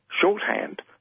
shorthand